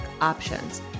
options